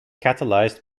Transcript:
catalyzed